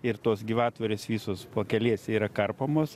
ir tos gyvatvorės visos pakelėse yra karpomos